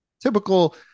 Typical